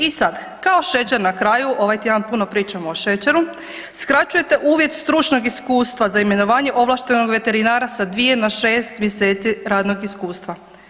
I sad, kao šećer na kraju, ovaj tjedan puno pričamo o šećeru, skraćujete uvjet stručnog iskustva za imenovanje ovlaštenog veterinara sa 2 na 6. mj. radnog iskustva.